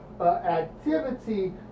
activity